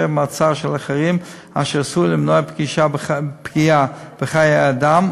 מעצר של אחרים אשר עשוי למנוע פגיעה בחיי אדם,